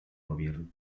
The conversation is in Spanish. gobierno